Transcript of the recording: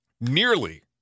nearly